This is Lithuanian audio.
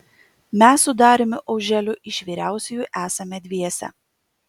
mes su dariumi auželiu iš vyriausiųjų esame dviese